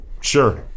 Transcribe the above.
sure